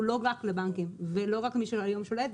לא רק לבנקים ולא רק למי שהיום שולט,